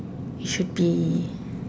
it should be